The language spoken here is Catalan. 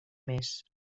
més